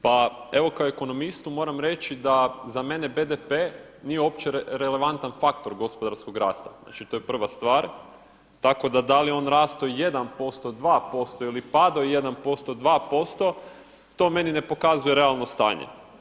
Pa evo kao ekonomistu moram reći da za mene BDP nije uopće relevantan faktor gospodarskog rasta, znači to je prva stvar, tako da da li je on rastao 1%, 2% ili padao 1%, 2% to meni ne pokazuje realno stanje.